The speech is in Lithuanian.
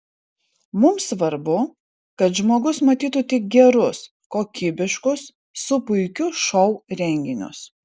mums svarbu kad žmogus matytų tik gerus kokybiškus su puikiu šou renginius